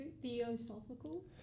theosophical